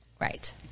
Right